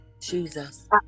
Jesus